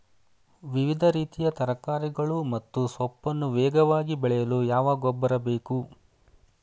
ವಿವಿಧ ರೀತಿಯ ತರಕಾರಿಗಳು ಮತ್ತು ಸೊಪ್ಪನ್ನು ವೇಗವಾಗಿ ಬೆಳೆಯಲು ಯಾವ ಗೊಬ್ಬರ ಬೇಕು?